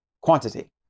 quantity